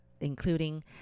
including